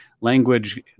language